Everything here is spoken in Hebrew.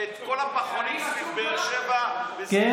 את כל הפחונים סביב באר שבע וסביב דימונה.